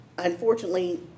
Unfortunately